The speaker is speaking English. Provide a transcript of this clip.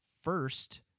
first